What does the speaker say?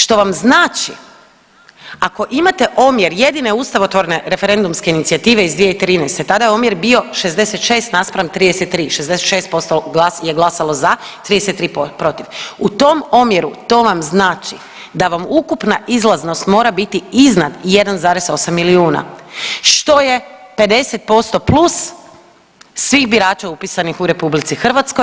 Što vam znači ako imate omjer jedine ustavotvorne referendumske inicijative iz 2013. tada je omjer bio 66:33, 66% je glasalo za, 33 protiv, u tom omjeru to vam znači da vam ukupno izlaznost mora biti iznad 1,8 milijuna što je 50% plus svih birača upisanih u RH.